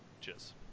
cheers